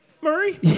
Murray